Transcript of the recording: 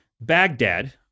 Baghdad